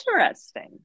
interesting